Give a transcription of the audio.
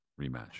rematch